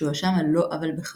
שהואשם על לא עוול בכפו,